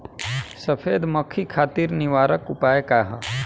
सफेद मक्खी खातिर निवारक उपाय का ह?